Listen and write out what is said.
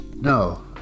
no